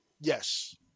Yes